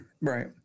Right